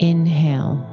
Inhale